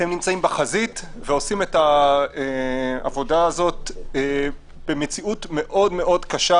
נמצאים בחזית ועושים את העבודה הזאת במציאות מאוד קשה